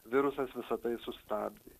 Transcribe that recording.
virusas visa tai sustabdė